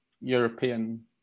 European